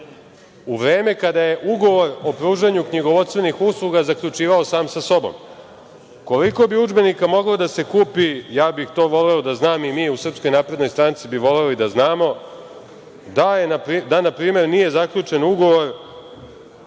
u vreme kada je ugovor o pružanju knjigovodstvenih usluga zaključivao sam sa sobom? Koliko bi udžbenika moglo da se kupi, ja bih to voleo da znam i mi u SNS bi voleli da znamo da npr. nije zaključen ugovor